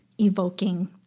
evoking